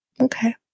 okay